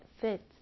fits